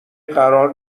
قرار